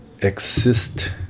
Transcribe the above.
Exist